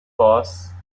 posse